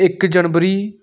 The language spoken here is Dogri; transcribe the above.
इक जनबरी